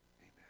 Amen